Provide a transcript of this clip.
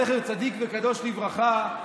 זכר צדיק וקדוש לברכה,